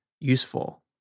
useful